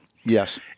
Yes